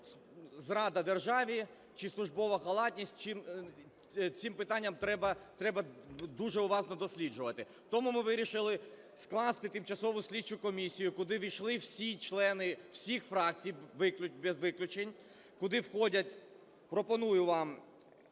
зрада державі чи службова халатність. Це питанням треба дуже уважно досліджувати. Тому ми вирішили скласти Тимчасову слідчу комісію, куди увійшли всі члени всіх фракцій без виключень, куди входять, пропоную вам: